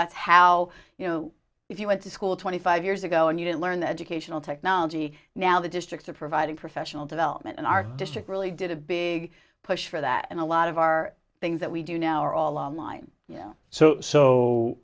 that's how you know if you went to school twenty five years ago and you didn't learn the educational technology now the districts are providing professional development and our district really did a big push for that and a lot of our things that we do now are all on